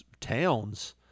towns